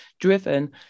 driven